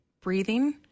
breathing